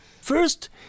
First